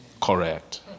correct